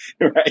Right